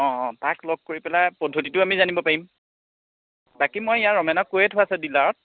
অঁ অঁ তাক লগ কৰি পেলাই পদ্ধতিটো আমি জানিব পাৰিম বাকী মই ইয়াৰ ৰমেনক কৈয়ে থোৱা আছে ডিলাৰত